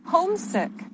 Homesick